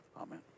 Amen